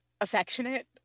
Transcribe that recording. affectionate